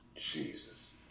Jesus